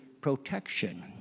Protection